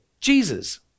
Jesus